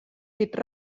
pit